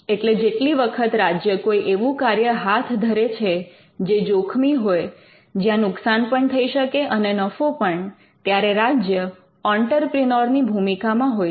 એટલે જેટલી વખત રાજ્ય કોઈ એવું કાર્ય હાથ ધરે છે જે જોખમી હોય જ્યાં નુકસાન પણ થઈ શકે અને નફો પણ ત્યારે રાજ્ય ઑંટરપ્રિનોર ની ભૂમિકા માં હોય છે